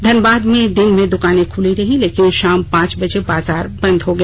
धनबाद में दिन में द्रकाने खुली रहीं लेकिन भााम पांच बजे बाजार बंद हो गया